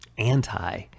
anti